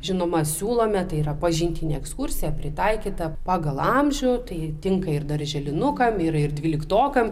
žinoma siūlome tai yra pažintinė ekskursija pritaikyta pagal amžių tai tinka ir darželinukam ir ir dvyliktokam